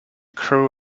crew